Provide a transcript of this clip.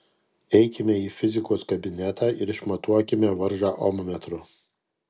eikime į fizikos kabinetą ir išmatuokime varžą ommetru